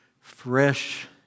fresh